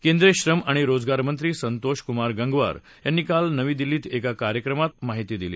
केंद्रीय श्रम आणि रोजगार मंत्री संतोष कुमार गंगवार यांनी काल नवी दिल्लीत एका कार्यक्रमात या मोहिमेचा प्रारंभ केला